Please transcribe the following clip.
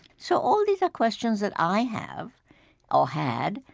so all these are questions that i have or had.